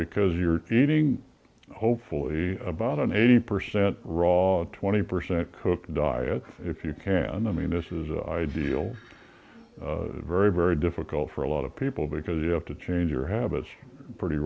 because you're eating hopeful about an eighty percent raw twenty percent cook diet if you care and i mean this is ideal very very difficult for a lot of people because you have to change your habits pretty